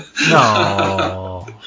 no